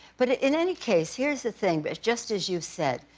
but in any case, here's the thing. but just as you've said.